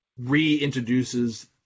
reintroduces